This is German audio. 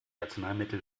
arzneimittel